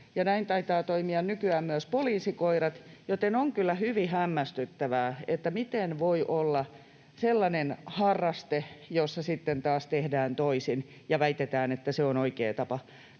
näin taitavat toimia nykyään myös poliisikoirat, joten on kyllä hyvin hämmästyttävää, miten voi olla sellainen harraste, jossa sitten taas tehdään toisin ja väitetään, että se on oikea tapa